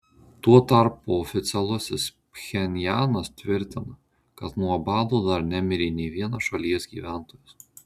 tuo tarpu oficialusis pchenjanas tvirtina kad nuo bado dar nemirė nė vienas šalies gyventojas